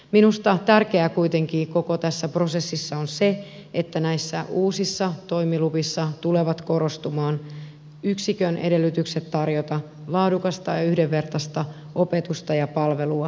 minusta tärkeää kuitenkin koko tässä prosessissa on se että näissä uusissa toimiluvissa tulevat korostumaan yksikön edellytykset tarjota laadukasta ja yhdenvertaista opetusta ja palvelua